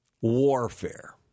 warfare